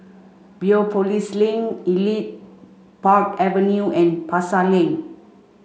Biopolis Link Elite Park Avenue and Pasar Lane